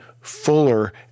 fuller